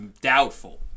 Doubtful